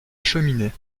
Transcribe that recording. cheminée